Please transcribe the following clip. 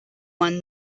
won